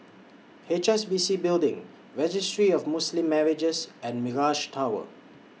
H S B C Building Registry of Muslim Marriages and Mirage Tower